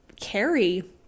carry